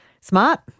smart